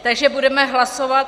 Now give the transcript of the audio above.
Takže budeme hlasovat.